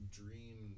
dream